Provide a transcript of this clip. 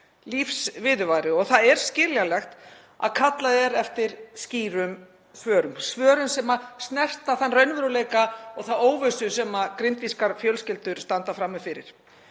lífsviðurværi, og það er skiljanlegt að kallað er eftir skýrum svörum sem snerta þann raunveruleika og þá óvissu sem grindvískar fjölskyldur standa frammi fyrir.